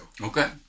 Okay